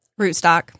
rootstock